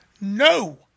No